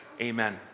Amen